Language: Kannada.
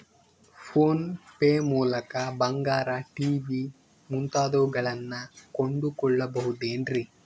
ಫೋನ್ ಪೇ ಮೂಲಕ ಬಂಗಾರ, ಟಿ.ವಿ ಮುಂತಾದವುಗಳನ್ನ ಕೊಂಡು ಕೊಳ್ಳಬಹುದೇನ್ರಿ?